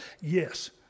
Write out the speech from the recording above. Yes